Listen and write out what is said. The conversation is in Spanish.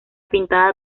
pintada